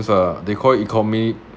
uh they call it economic